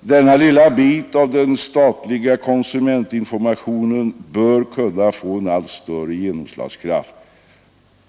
Denna lilla bit av den statliga konsumentinformationen bör kunna få en allt större genomslagskraft,